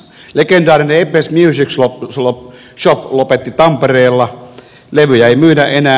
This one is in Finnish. legendaarinen epes music shop lopetti tampereella levyjä ei myydä enää